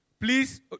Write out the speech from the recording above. Please